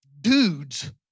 dudes